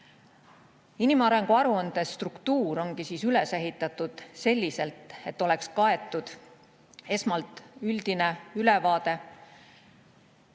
Inimarengu aruande struktuur on üles ehitatud selliselt, et oleks kaetud esmalt üldine ülevaade,